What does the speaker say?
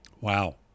Wow